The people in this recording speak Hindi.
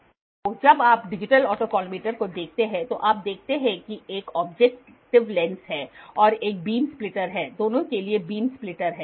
तो जब आप डिजिटल ऑटोकॉलिमेटर को देखते हैं तो आप देखते हैं कि एक ऑब्जेक्टिव लेंस है और एक बीम स्प्लिटर है दोनों के लिए बीम स्प्लिटर है